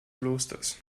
klosters